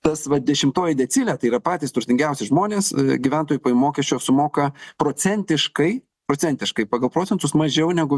tas va dešimtoji decilė tai yra patys turtingiausi žmonės gyventojų pajamų mokesčio sumoka procentiškai procentiškai pagal procentus mažiau negu